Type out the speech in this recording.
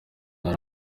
hari